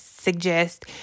suggest